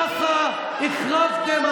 ככה החרבתם,